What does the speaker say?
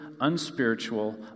unspiritual